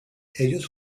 ellos